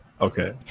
Okay